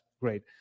great